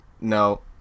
no